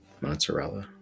mozzarella